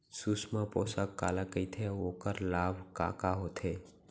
सुषमा पोसक काला कइथे अऊ ओखर लाभ का का होथे?